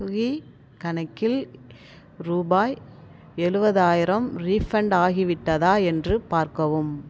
Swiggy கணக்கில் ரூபாய் எழுவதாயிரம் ரீஃபண்ட் ஆகிவிட்டதா என்று பார்க்கவும்